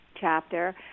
chapter